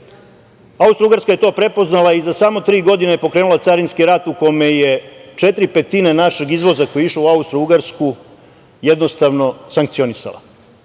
Srbiji. Austrougarska je to prepoznala i za samo tri godine je pokrenula Carinski rat u kome je četiri petine našeg izvoza, koji je išao u Austrougarsku, jednostavno, sankcionisala,